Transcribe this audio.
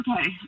Okay